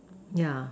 yeah